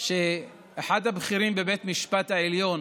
שאחד הבכירים בבית המשפט העליון